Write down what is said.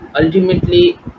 ultimately